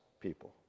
people